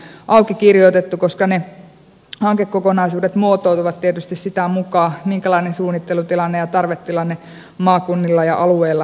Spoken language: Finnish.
sitä ei ole tähän vain auki kirjoitettu koska ne hankekokonaisuudet muotoutuvat tietysti sitä mukaa minkälainen suunnittelutilanne ja tarvetilanne maakunnilla ja alueilla milloinkin on